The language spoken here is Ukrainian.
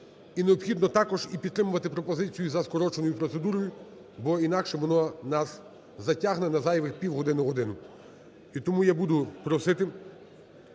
і необхідно також і підтримувати пропозицію за скороченою процедурою, бо інакше воно нас затягне на зайвих півгодини-годину. І тому я буду просити,